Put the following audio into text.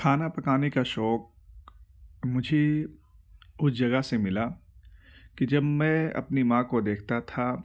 کھانا پکانے کا شوق مجھے اس جگہ سے ملا کہ جب میں اپنی ماں کو دیکھتا تھا